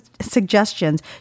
suggestions